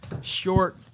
short